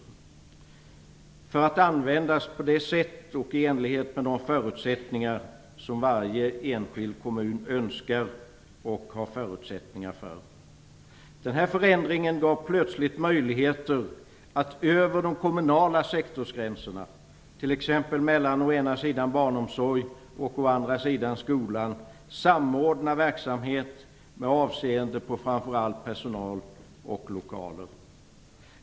Detta statsbidrag skulle användas på det sätt som varje kommun önskar och har förutsättningar för. Den här förändringen gav plötsligt möjligheter att över de kommunala sektorsgränserna, t.ex. mellan å ena sidan barnomsorg och å andra sidan skolan, samordna verksamheterna med avseende framför allt på personal och lokaler.